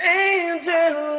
angel